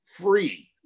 free